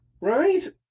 Right